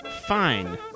fine